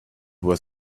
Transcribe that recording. were